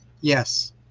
Yes